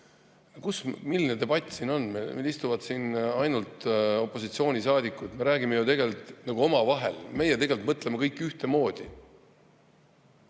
Milline debatt siin on? Meil istuvad siin ainult opositsioonisaadikud, me räägime ju nagu omavahel, meie tegelikult mõtleme kõik ühtemoodi.